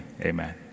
amen